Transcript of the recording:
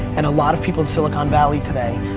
and a lot of people in silicone valley today,